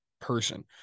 person